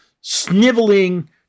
sniveling